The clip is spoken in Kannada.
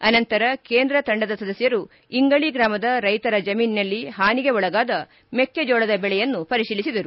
ಅನಂತರ ಕೇಂದ್ರ ತಂಡದ ಸದಸ್ವರು ಇಂಗಳ ಗ್ರಾಮದ ರೈತರ ಜಮೀನಿನಲ್ಲಿ ಹಾನಿಗೆ ಒಳಗಾದ ಮೆಕ್ಕೆ ಜೋಳದ ಬೆಳೆಯನ್ನೂ ಪರಿಶೀಲಿಸಿದರು